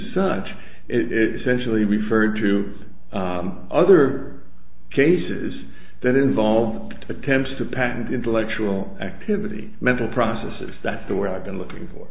such essentially referred to other cases that involved attempts to patent intellectual activity mental processes that the word i've been looking for